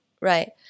right